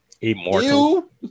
Immortal